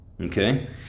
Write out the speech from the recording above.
Okay